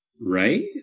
Right